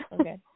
okay